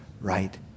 right